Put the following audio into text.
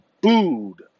booed